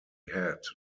had